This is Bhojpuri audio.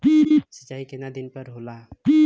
सिंचाई केतना दिन पर होला?